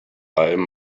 allem